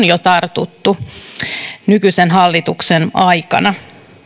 jo tartuttu nykyisen hallituksen aikana